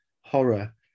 horror